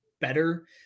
better